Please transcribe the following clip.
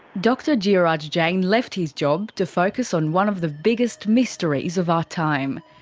dr jeoraj jain left his job to focus on one of the biggest mysteries of our time.